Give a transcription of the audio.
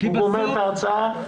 הוא מסיים את ההרצאה,